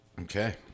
Okay